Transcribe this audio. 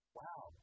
wow